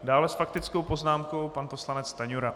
Dále s faktickou poznámkou pan poslanec Stanjura.